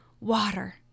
water